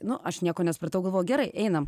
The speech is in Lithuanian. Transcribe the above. nu aš nieko nesupratau galvoju gerai einam